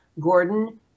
Gordon